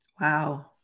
Wow